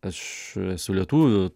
aš esu lietuvių